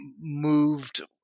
moved